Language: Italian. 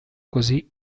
così